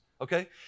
Okay